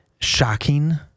shocking